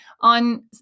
on